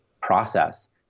process